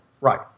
Right